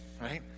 right